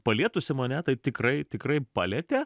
palietusi mane taip tikrai tikrai palietė